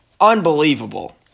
Unbelievable